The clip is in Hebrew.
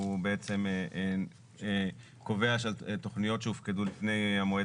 והוא בעצם קובע שתכניות שהופקדו לפני המועד